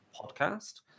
Podcast